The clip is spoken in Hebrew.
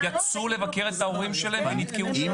חוסנו, יצאו לבקר את ההורים שלהם ונתקעו שם.